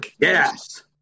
Yes